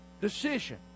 decision